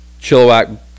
chilliwack